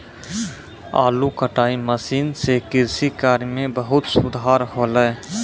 आलू कटाई मसीन सें कृषि कार्य म बहुत सुधार हौले